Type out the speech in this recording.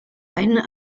eine